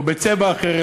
או בצבע אחר,